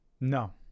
No